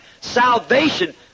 salvation